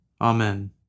Amen